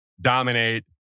dominate